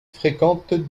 fréquentes